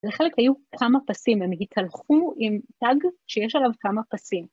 לחלק היו כמה פסים, הם התהלכו עם תג שיש עליו כמה פסים.